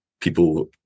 people